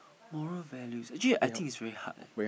moral values actually I think is very hard eh